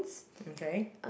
okay